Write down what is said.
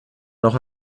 noch